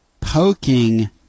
poking